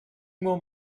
more